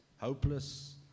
hopeless